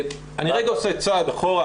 אני עושה צעד אחורה,